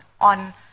on